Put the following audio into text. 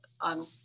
on